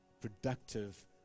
productive